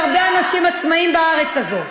עוד הרבה אנשים עצמאים בארץ הזאת.